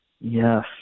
Yes